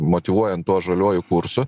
motyvuojant tuo žaliuoju kursu